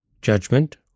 judgment